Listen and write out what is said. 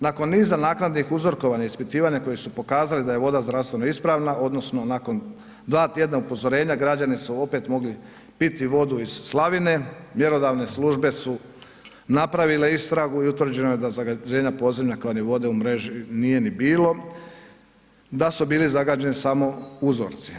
Nakon niza naknadnih uzorkovanja i ispitivanja koja su pokazali da je voda zdravstveno ispravna odnosno nakon dva tjedan upozorenja građani su opet mogli piti vodu iz slavine, mjerodavne službe su napravile istragu i utvrđeno da zagađenja podzemne kao i vode u mreži nije ni bilo, da su bili zagađeni samo uzorci.